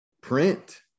print